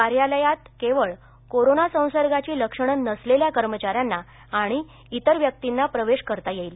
कार्यालयात केवळ कोरोना संसर्गाची लक्षण नसलेल्या कर्मचाऱ्यांना आणि इतर व्यक्तींना प्रवेश करता येईल